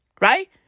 Right